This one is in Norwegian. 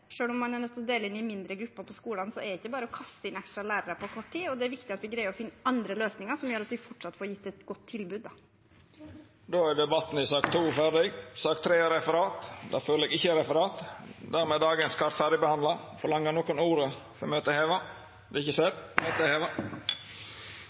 om man er nødt til å dele inn i mindre grupper på skolene, er det ikke bare å kaste inn ekstra lærere på kort tid. Det er viktig at vi greier å finne andre løsninger som gjør at vi fortsatt får gitt et godt tilbud. Då er sak nr. 2, den ordinære spørjetimen, omme. Det ligg ikkje føre noko referat. Dermed er dagens kart ferdigbehandla. Ber nokon om ordet før møtet vert heva? Det